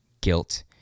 guilt